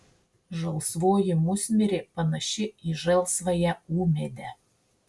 žalsvoji musmirė panaši į žalsvąją ūmėdę